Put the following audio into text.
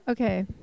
Okay